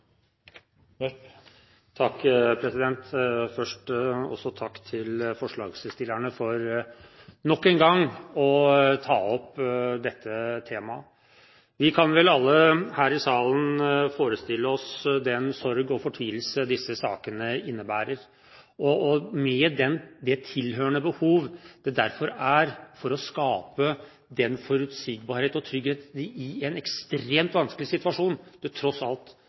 takk til forslagsstillerne for nok en gang å ta opp dette temaet. Vi kan vel alle her i salen forestille oss den sorg og fortvilelse disse sakene innebærer, og med det det tilhørende behov det derfor er for å skape en forutsigbarhet og trygghet i en ekstremt vanskelig situasjon det tross alt